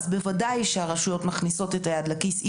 אז בוודאי שהרשויות מכניסות את היד לכיס ומשלמות מכיסן,